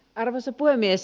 arvoisa puhemies